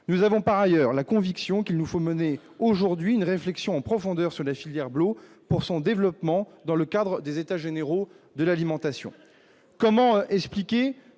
nous avons par ailleurs la conviction qu'il nous faut mener aujourd'hui une réflexion en profondeur sur la filière Blot pour son développement dans le cadre des états généraux de l'alimentation, comment expliquer